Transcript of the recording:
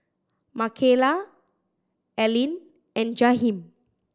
Makayla Aline and Jaheem